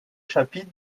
chapitre